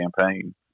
campaign